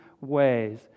ways